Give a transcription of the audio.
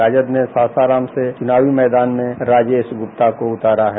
राजद ने सासाराम से चुनावी मैदान में राजेश गुप्ता को उतारा है